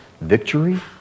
victory